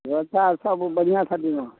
बेबस्था अच्छासँ बढ़िआँ कऽ दिऔ